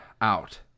out